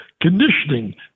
conditioning